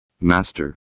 Master